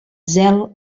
zel